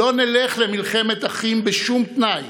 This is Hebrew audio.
"לא נלך למלחמת אחים בשום תנאי